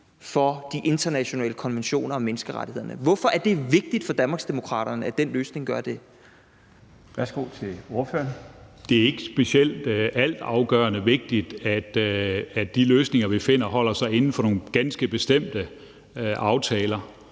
for de internationale konventioner og menneskerettighederne? Hvorfor er det vigtigt for Danmarksdemokraterne, at den løsning gør det? Kl. 17:03 Den fg. formand (Bjarne Laustsen): Værsgo til ordføreren. Kl. 17:03 Peter Skaarup (DD): Det er ikke specielt altafgørende vigtigt, at de løsninger, vi finder, holder sig inden for nogle ganske bestemte aftaler.